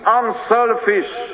unselfish